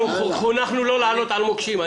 אנחנו חונכנו לא לעלות על מוקשים.